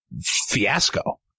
fiasco